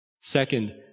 Second